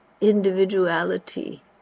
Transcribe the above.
individuality